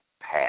path